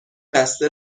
بسته